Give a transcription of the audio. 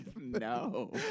No